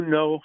no